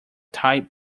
tight